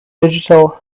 digital